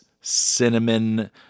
cinnamon